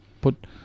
put